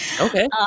Okay